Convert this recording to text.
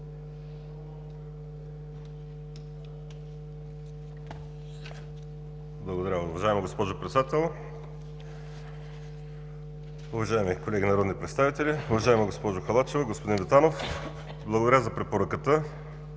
Благодаря, уважаема госпожо Председател. Уважаеми колеги народни представители! Уважаема госпожо Халачева, господин Витанов, благодаря за препоръката.